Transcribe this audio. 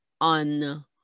on